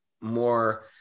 more